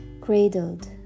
cradled